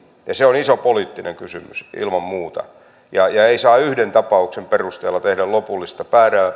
osaa se on iso poliittinen kysymys ilman muuta ja ja ei saa yhden tapauksen perusteella tehdä lopullista